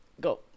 Go